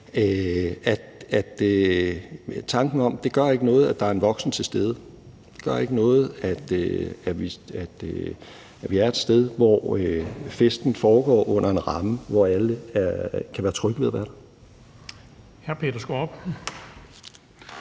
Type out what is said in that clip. noget, at der er en voksen til stede. Det gør ikke noget, at vi er et sted, hvor festen foregår inden for en ramme, hvor alle kan være trygge ved at være der.